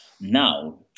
Now